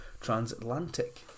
transatlantic